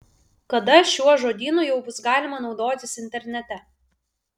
kada šiuo žodynu jau bus galima naudotis internete